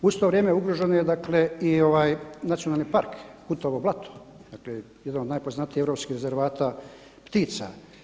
U isto vrijeme ugrožen je i Nacionalni park Hutovo blato, dakle jedan od najpoznatijih europskih rezervata ptica.